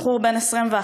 בחור בן 21,